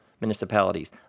municipalities